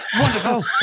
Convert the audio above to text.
wonderful